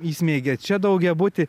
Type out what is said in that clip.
įsmeigia čia daugiabutį